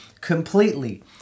completely